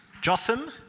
Jotham